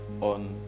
on